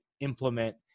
implement